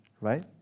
right